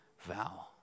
vow